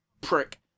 prick